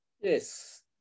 Yes